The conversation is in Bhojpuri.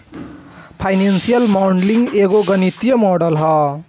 फाइनेंशियल मॉडलिंग एगो गणितीय मॉडल ह